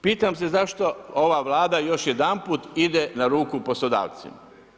Pitam se zašto ova Vlada još jedanput ide na ruku poslodavcima?